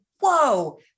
whoa